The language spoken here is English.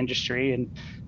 industry and